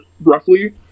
roughly